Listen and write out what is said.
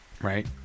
right